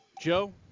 Joe